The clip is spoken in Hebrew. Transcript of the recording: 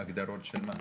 ההגדרות של מה?